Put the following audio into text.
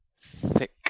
Thick